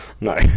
No